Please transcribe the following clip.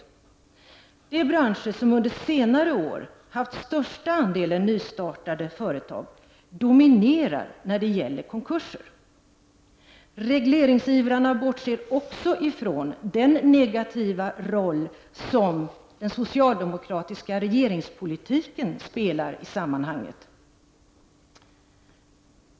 I de branscher där den största andelen nystartade företag återfinns dominerar också konkurserna. Regleringsivrarna bortser också från den negativa roll som den socialdemokratiska regeringspolitiken spelar i sammanhanget.